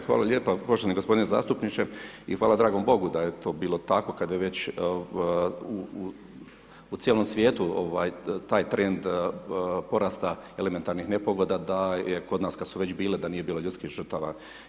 Evo hvala lijepa, poštovani gospodine zastupniče i hvala dragom Bogu da je to bilo tako kada je već u cijelom svijetu taj trend porasta elementarnih nepogoda da je kod nas kada su već bile da nije bilo ljudskih žrtava.